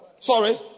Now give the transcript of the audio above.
Sorry